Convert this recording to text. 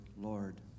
Lord